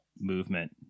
movement